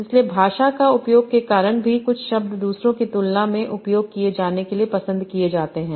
इसलिए भाषा के उपयोग के कारण भी कुछ शब्द दूसरों की तुलना में उपयोग किए जाने के लिए पसंद किए जाते हैं